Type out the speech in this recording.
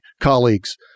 colleagues